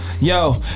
yo